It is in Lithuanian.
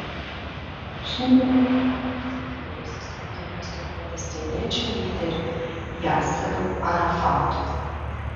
šiandien jav pasiuntiniai susitinka su palestiniečių lyderiu yasseru arafatu